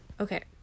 Okay